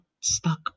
stuck